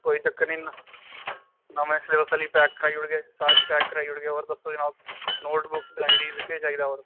कोई चक्कर नी नमें सलेबस आह्ली पैक कराई ओड़गे सारी पैक कराई ओड़गे होर दस्सो जनाब नोटबुक्स डायरी केह् चाहिदा होर